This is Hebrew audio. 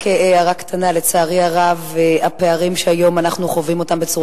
רק הערה קטנה: לצערי הרב הפערים שאנחנו חווים היום בצורה